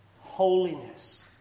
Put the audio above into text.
holiness